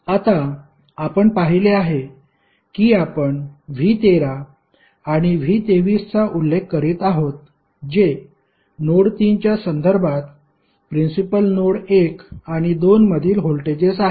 आता आपण पाहिले आहे की आपण V13 आणि V23 चा उल्लेख करीत आहोत जे नोड 3 च्या संदर्भात प्रिन्सिपल नोड 1 आणि 2 मधील व्होल्टेजेस आहेत